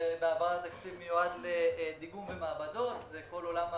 בהעברת התקציב מיועד לדיגום במעבדות וכל עולם הבדיקות,